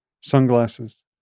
sunglasses